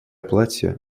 платья